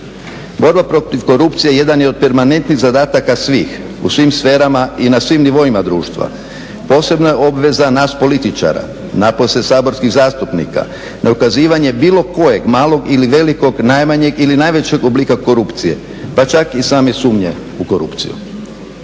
Borba protiv korupcije jedan je od permanentnih zadataka svih u svim sferama i na svim nivoima društva. Posebna je obveza nas političara, napose saborskih zastupnika na ukazivanje bilo kojeg malog ili velikog, najmanjeg ili najvećeg oblika korupcije, pa čak i same sumnje u korupciju.